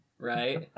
Right